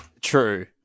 True